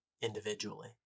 individually